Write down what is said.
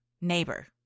Neighbor